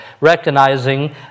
Recognizing